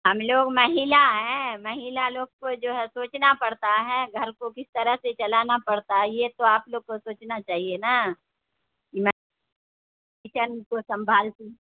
ہم لوگ مہیلا ہیں مہیلا لوگ کو جو ہے سوچنا پڑتا ہے گھر کو کس طرح سے چلانا پڑتا ہے یہ تو آپ لوگ کو سوچنا چاہیے نا کچن کو سنبھالتی